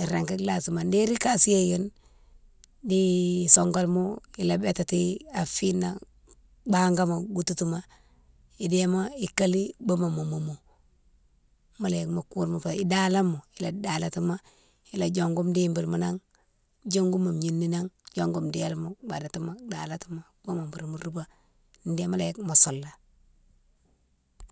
irégui lasima, déri kasiyé younne di songolma ila bététighi a finan bangamo goutitimo, idéma ikali iboumo mo moumou mola yike mo kourma fé, idalama, ila dalatimo, ila diongou dibilma nan, diongou mo gnina nan, diongou délima badatimo dalatimo bour mo roubé, bé mola yike mo soullé.